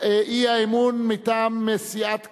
האי-אמון מטעם סיעת קדימה,